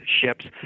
ships